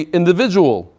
individual